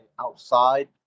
outside